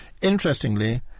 Interestingly